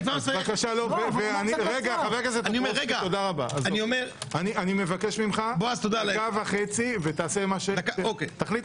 אני מבקש - דקה וחצי, בבקשה.